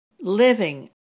living